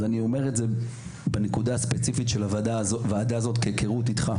אז אני אומר את זה בנקודה הספציפית של הוועדה הזאת כהיכרות איתך.